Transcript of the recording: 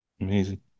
Amazing